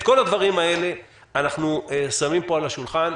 את כל הדברים האלה אנחנו שמים פה, על השולחן.